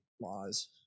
laws